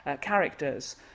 characters